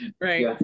Right